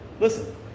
Listen